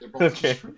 Okay